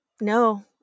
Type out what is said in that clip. No